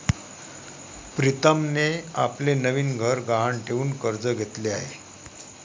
प्रीतमने आपले नवीन घर गहाण ठेवून कर्ज घेतले आहे